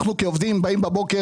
אנחנו כעובדים באים בבוקר,